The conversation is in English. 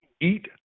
Eat